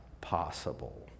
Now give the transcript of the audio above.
possible